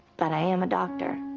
but i am a doctor